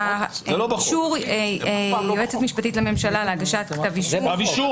אישור יועצת משפטית לממשלה להגשת כתב אישום.